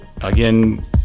Again